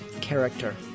character